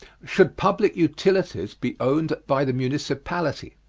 should public utilities be owned by the municipality?